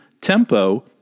Tempo